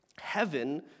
Heaven